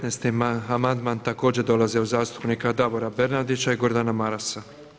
19. amandman, također dolazi od zastupnika Davora Bernardića i Gordana Marasa.